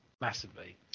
Massively